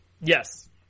Yes